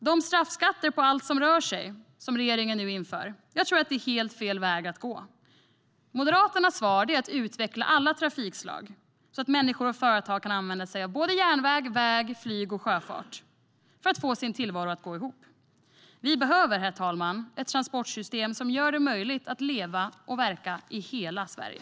De straffskatter på allt som rör sig som regeringen nu inför är helt fel väg att gå. Moderaternas svar är att utveckla alla trafikslag så att människor och företag kan använda sig av såväl järnväg som väg, flyg och sjöfart för att få sin tillvaro att gå ihop. Vi behöver, herr talman, ett transportsystem som gör det möjligt att leva och verka i hela Sverige.